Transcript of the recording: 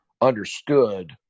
understood